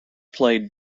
played